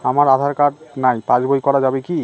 আমার আঁধার কার্ড নাই পাস বই করা যাবে কি?